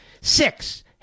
Six